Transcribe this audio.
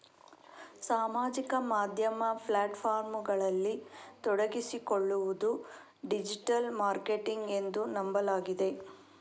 ಸಾಮಾಜಿಕ ಮಾಧ್ಯಮ ಪ್ಲಾಟ್ ಫಾರ್ಮುಗಳಲ್ಲಿ ತೊಡಗಿಸಿಕೊಳ್ಳುವುದು ಡಿಜಿಟಲ್ ಮಾರ್ಕೆಟಿಂಗ್ ಎಂದು ನಂಬಲಾಗಿದೆ